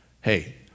hey